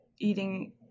eating